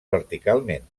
verticalment